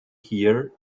here